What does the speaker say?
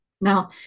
Now